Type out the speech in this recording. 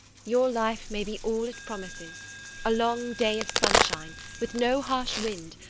your life may be all it promises a long day of sunshine, with no harsh wind,